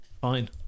fine